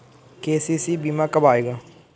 KCC बीमा कब आएगा?